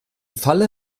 falle